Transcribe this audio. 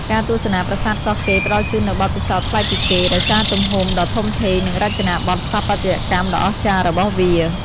ការទស្សនាប្រាសាទកោះកេរផ្តល់ជូននូវបទពិសោធន៍ប្លែកពីគេ ដោយសារទំហំដ៏ធំធេង និងរចនាបថស្ថាបត្យកម្មដ៏អស្ចារ្យរបស់វា។